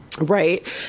right